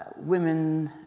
women,